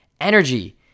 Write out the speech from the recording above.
Energy